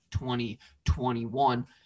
2021